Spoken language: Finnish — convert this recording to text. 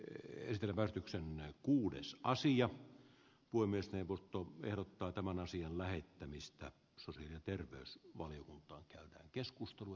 esitelmätyksenä kuudes sija puolisen vuotta verottaa tämän asian lähettämistä soininen terveys valiokunta on arvoisa puhemies